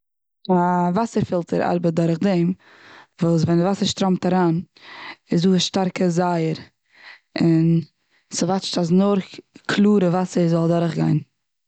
א וואסער פילטער ארבעט דורך דעם, ווען די וואסער שטראמט אריין איז דא שטארקע זייער און ס'וואטשט אז נאר קלארע וואסער זאל אדורך גיין.